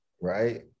Right